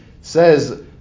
says